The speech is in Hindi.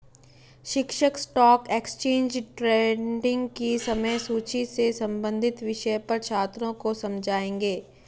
शिक्षक स्टॉक एक्सचेंज ट्रेडिंग की समय सूची से संबंधित विषय पर छात्रों को समझाएँगे